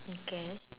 okay